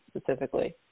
specifically